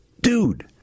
Dude